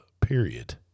Period